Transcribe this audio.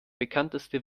bekannteste